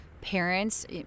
parents